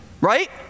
Right